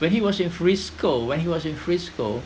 when he was in frisco when he was in frisco